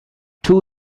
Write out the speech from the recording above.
two